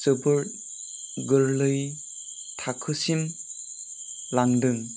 जोबोर गोरलै थाखोसिम लांदों